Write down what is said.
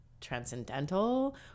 transcendental